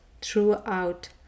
throughout